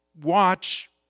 watch